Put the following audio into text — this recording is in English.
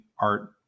art